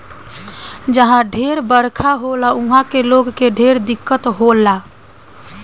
जहा ढेर बरखा होला उहा के लोग के ढेर दिक्कत होला